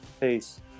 peace